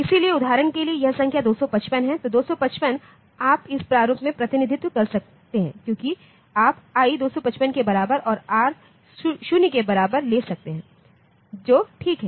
इसलिए उदाहरण के लिए यह संख्या 255 है तो 255 आप इस प्रारूप में प्रतिनिधित्व कर सकते हैं क्योंकि आप i 255 के बराबर और r 0 के बराबर ले सकता हूं जो ठीक है